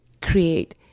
create